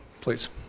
please